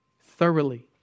Thoroughly